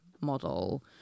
model